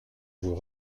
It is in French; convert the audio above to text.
vous